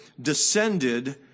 descended